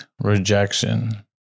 rejection